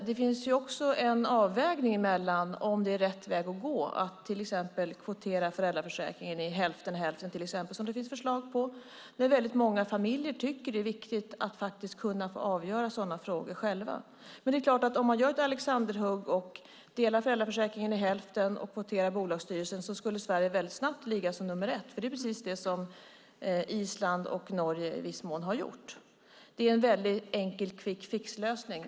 Det finns också en avvägning att göra om det är rätt väg att gå att till exempel kvotera föräldraförsäkringen i hälften-hälften som det finns förslag på, men väldigt många familjer tycker att det är viktigt att faktiskt kunna få avgöra sådana frågor själva. Men det är klart att om man gör ett alexanderhugg och delar föräldraförsäkringen i hälften och kvoterar bolagsstyrelserna skulle Sverige snabbt ligga som nummer ett, och det är precis det som Island och Norge i viss mån har gjort. Det är en väldigt enkelt quickfixlösning.